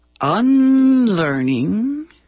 Unlearning